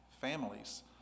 families